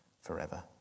forever